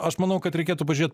aš manau kad reikėtų pažiūrėt